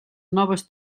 noves